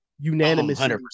Unanimously